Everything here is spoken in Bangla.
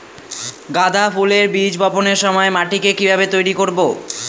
গাদা ফুলের বীজ বপনের সময় মাটিকে কিভাবে তৈরি করব?